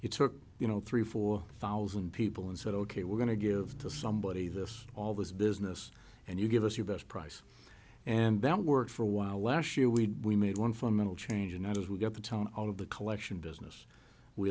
you took you know three four thousand people and said ok we're going to give to somebody this all this business and you give us your best price and that worked for a while last year we made one fundamental change and as we got the tone out of the collection business we